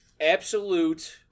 absolute